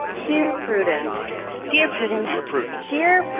here, prudence here, put into your proof here.